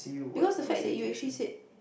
because the fact that you actually said